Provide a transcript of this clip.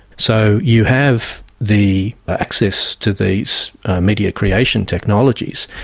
so you have the access to these media creation technologies,